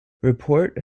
report